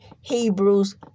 Hebrews